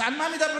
אז על מה מדברים?